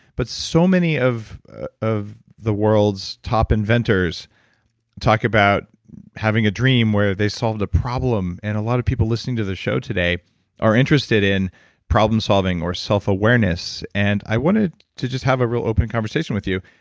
but so many of the the world's top inventors talk about having a dream where they solved a problem, and a lot of people listening to the show today are interested in problem solving or self-awareness. and i wanted to just have a real open conversation with you.